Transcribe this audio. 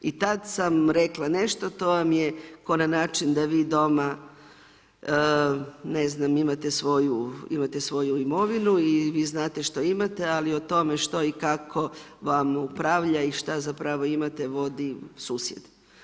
I tada sam rekla nešto, to vam je ko na način, da vi doma, ne znam, imate svoju imovinu i vi znate što imate, ali o tome što i kako vam upravljiva i šta zapravo imate vodi susjed.